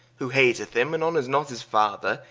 who hateth him, and honors not his father,